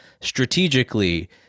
strategically